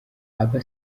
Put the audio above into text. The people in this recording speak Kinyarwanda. aba